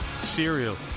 Cereal